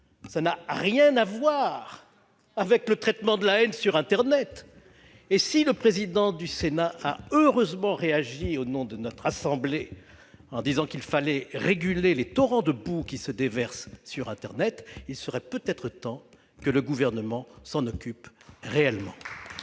Cela n'a rien à voir avec le traitement de la haine sur internet ! Le président du Sénat a heureusement réagi, au nom de notre assemblée, en disant qu'il fallait réguler les « torrents de boue » qui se déversent sur internet. Il serait peut-être temps, en effet, que le Gouvernement s'en occupe réellement